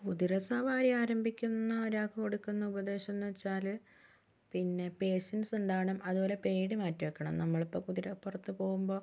കുതിര സവാരി ആരംഭിക്കുന്ന ഒരാൾക്ക് കൊടുക്കുന്ന ഉപദേശം എന്നു വച്ചാൽ പിന്നെ പേഷ്യൻസ് ഉണ്ടാവണം അതുപോലെ പേടി മാറ്റി വയ്ക്കണം നമ്മളിപ്പോൾ കുതിരപ്പുറത്തു പോവുമ്പോൾ